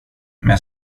med